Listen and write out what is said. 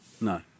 No